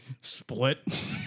Split